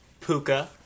puka